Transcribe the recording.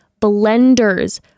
blenders